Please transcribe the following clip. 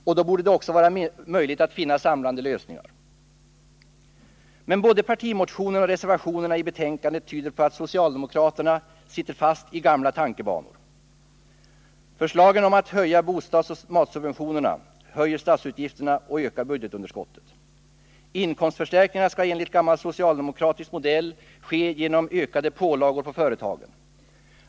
Och då borde det också vara möjligt att finna samlande lösningar. Men både partimotionen och reservationerna i betänkandet tyder på att socialdemokraterna sitter fast i gamla tankebanor. Förslagen om höjda bostadsoch matsubventioner höjer statsutgifterna och ökar budgetunderskottet. Inkomstförstärkningen skall enligt gammal socialdemokratisk modell ske genom ökade pålagor på företagen.